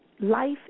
Life